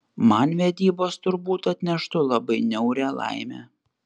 man vedybos turbūt atneštų labai niaurią laimę